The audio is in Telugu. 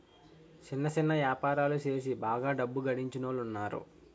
సిన్న సిన్న యాపారాలు సేసి బాగా డబ్బు గడించినోలున్నారు